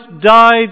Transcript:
died